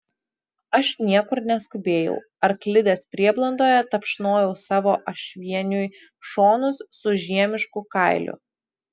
aš niekur neskubėjau arklidės prieblandoje tapšnojau savo ašvieniui šonus su žiemišku kailiu